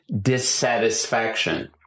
dissatisfaction